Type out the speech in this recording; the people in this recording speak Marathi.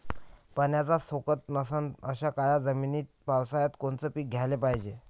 पाण्याचा सोकत नसन अशा काळ्या जमिनीत पावसाळ्यात कोनचं पीक घ्याले पायजे?